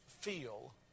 feel